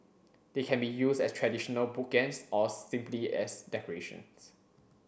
they can be used as traditional bookends or simply as decorations